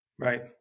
Right